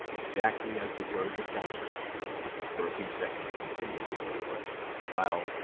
exactly as the word had found them for a few seconds continuing so while,